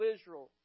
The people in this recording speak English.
Israel